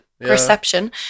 perception